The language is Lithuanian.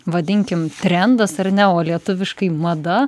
vadinkim trendas ar ne o lietuviškai mada